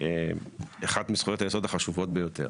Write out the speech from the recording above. שאחת מזכויות היסוד החשובות ביותר.